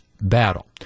battle